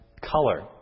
color